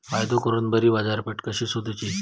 फायदो करून बरी बाजारपेठ कशी सोदुची?